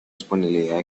disponibilidad